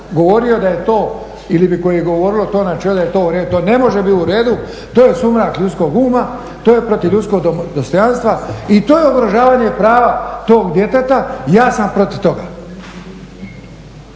govorio da je to ili koje bi govorilo da je to načelo u redu, to ne može biti u redu, to je sumrak ljudskog uma, to je protiv ljudskog dostojanstva i to je ugrožavanje prava tog djeteta i ja sam protiv toga.